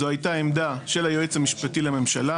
זו הייתה עמדה של היועץ המשפטי לממשלה.